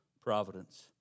providence